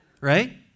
Right